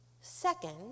Second